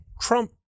Trump